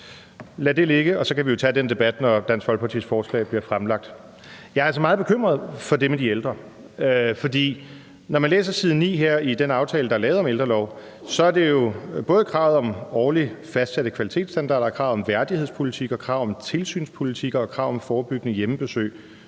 Lad det ligge, og så kan vi jo tage den debat, når Dansk Folkepartis forslag bliver fremsat. Jeg er altså meget bekymret for det med de ældre, for når man læser side 9 her i den aftale, der er lavet om ældrelov, så er det jo både kravet om årligt fastsatte kvalitetsstandarder, og det er krav om værdighedspolitik og krav om tilsynspolitikker og krav om forebyggende hjemmebesøg,